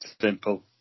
Simple